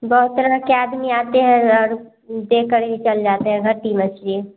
बहुत तरह के आदमी आते हैं और दे कर ही चल जाते हैं घट्टी मछरी